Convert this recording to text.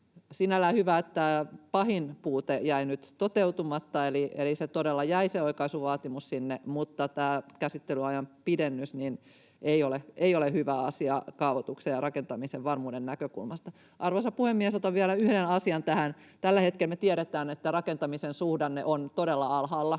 Sinällään hyvä, että pahin puute jäi nyt toteutumatta, eli se oikaisuvaatimus todella jäi sinne, mutta tämä käsittelyajan pidennys ei ole hyvä asia kaavoituksen ja rakentamisen varmuuden näkökulmasta. Arvoisa puhemies! Otan vielä yhden asian tähän. Tällä hetkellä me tiedetään, että rakentamisen suhdanne on todella alhaalla.